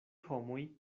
homoj